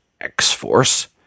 X-Force